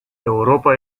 europa